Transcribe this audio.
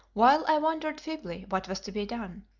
while i wondered feebly what was to be done,